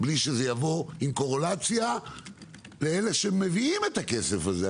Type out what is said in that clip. בלי שזה יבוא עם קורלציה לאלה שמביאים את הכסף הזה.